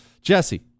Jesse